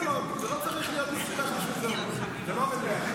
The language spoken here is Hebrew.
צריך להיות מפוקח --- זה לא עובד ביחד.